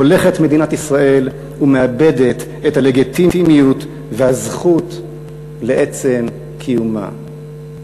הולכת מדינת ישראל ומאבדת את הלגיטימיות והזכות לעצם קיומה.